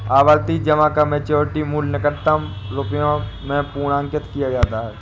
आवर्ती जमा का मैच्योरिटी मूल्य निकटतम रुपये में पूर्णांकित किया जाता है